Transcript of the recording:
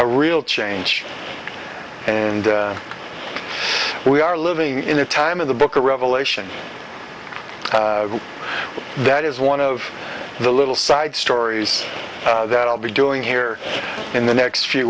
a real change and we are living in a time in the book of revelation that is one of the little side stories that i'll be doing here in the next few